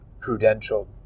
prudential